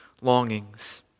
longings